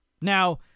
Now